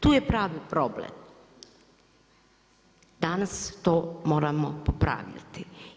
Tu je pravi problem. danas to moramo popravljati.